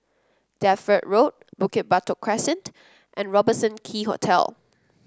Deptford Road Bukit Batok Crescent and Robertson Quay Hotel